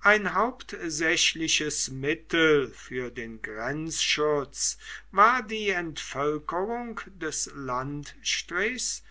ein hauptsächliches mittel für den grenzschutz war die entvölkerung des landstrichs